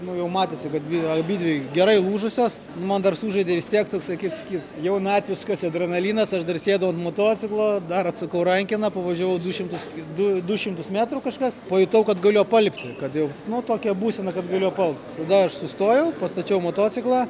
nu jau matėsi kad abidvi gerai lūžusios man dar sužaidė vis tiek toksai kaip sakyt jaunatviškas adrenalinas aš dar sėdau ant motociklo dar atsukau rankeną pavažiavau du šimtus du du šimtus metrų kažkas pajutau kad galiu apalpti kad jau nu tokia būsena kad galiu apalpt tada aš sustojau pastačiau motociklą